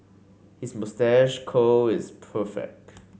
his moustache curl is perfect